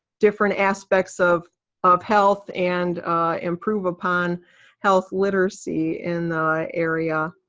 different aspects of of health and improve upon health literacy in the area.